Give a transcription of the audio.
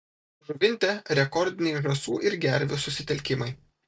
žuvinte rekordiniai žąsų ir gervių susitelkimai